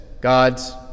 god's